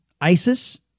ISIS